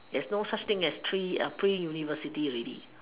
there's no such thing as three pre university already